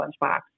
Lunchbox